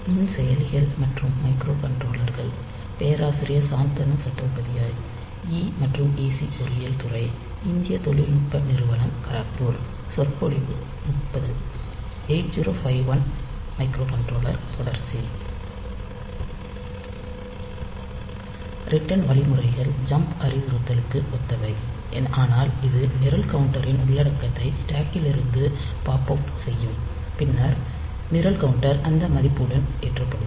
8051 microcontroller தொடர்ச்சி return வழிமுறைகள் jump அறிவுறுத்தலுக்கு ஒத்தவை ஆனால் இது நிரல் கவுண்டரின் உள்ளடக்கத்தை ஸ்டேக் கிலிருந்து பாப் அவுட் செய்யும் பின்னர் நிரல் கவுண்டர் அந்த மதிப்புடன் ஏற்றப்படும்